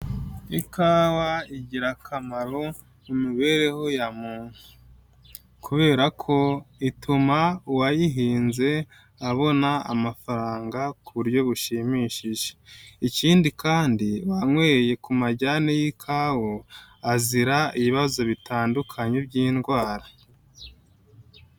Ikawa igira akamaro mu mibereho ya muntu, kubera ko ituma uwayihinze abona amafaranga ku buryo bushimishije, ikindi kandi uwanyweye ku majyane y'ikawa, azira ibibazo bitandukanye by'indwara.